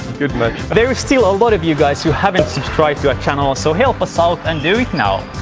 good match! there's still a lot of you guys who haven't subscribed to our channel so help us our and do it now!